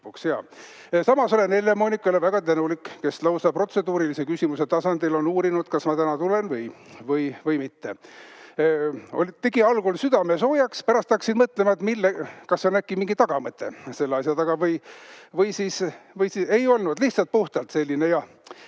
Samas olen Helle-Moonikale väga tänulik, kes lausa protseduurilise küsimuse tasandil on uurinud, kas ma täna tulen või mitte. Tegi algul südame soojaks, pärast hakkasin mõtlema, et kas on äkki mingi tagamõte selle asja taga või siis … Ei olnud? Lihtsalt puhtalt selline